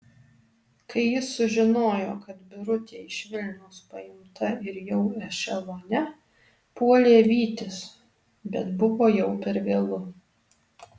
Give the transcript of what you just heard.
kai jis sužinojo kad birutė iš vilniaus paimta ir jau ešelone puolė vytis bet buvo jau per vėlu